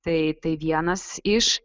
tai tai vienas iš